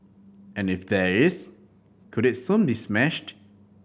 and if there is could it soon be smashed